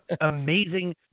amazing